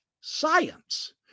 science